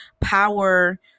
power